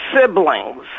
siblings